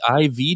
IV